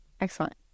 Excellent